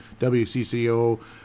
WCCO